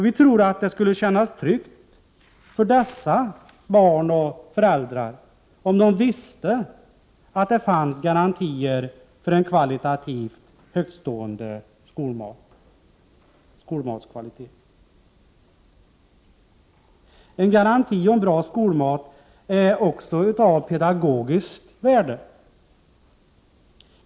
Vi tror att det skulle kännas tryggt för dessa barn och föräldrar om de visste att det fanns garantier för en hög kvalitet på skolmaten. En garanti att skolmaten är bra har också pedagogiskt värde.